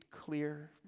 clear